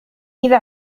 إذا